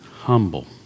humble